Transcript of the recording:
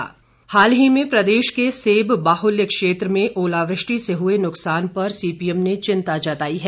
ओलावृष्टि हाल ही में प्रदेश के सेब बाहुल क्षेत्र में ओलावृष्टि से हुए नुकसान पर सीपीएम ने चिंता जताई है